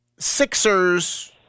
Sixers